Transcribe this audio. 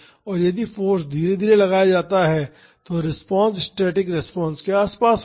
और यदि फाॅर्स धीरे धीरे लगाया जाता है तो रिस्पांस स्टैटिक रिस्पांस के आस पास होगा